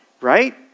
right